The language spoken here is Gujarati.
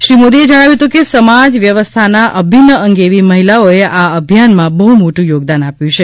શ્રી મોદીએ જણાવ્યું હતું કે સમાજ વ્યવસ્થાના અભિન્ન અંગ એવી મહિલાઓએ આ અભિયાનમાં બહ્ મોટું યોગદાન આપ્યું છે